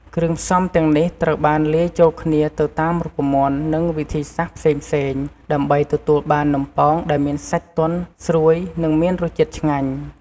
គ្រឿងផ្សំទាំងនេះត្រូវបានលាយចូលគ្នាទៅតាមរូបមន្ត និងវិធីសាស្ត្រផ្សេងៗ ដើម្បីទទួលបាននំប៉ោងដែលមានសាច់ទន់ ស្រួយ និងមានរសជាតិឆ្ងាញ់។